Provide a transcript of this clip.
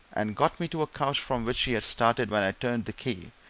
and got me to a couch from which she had started when i turned the key,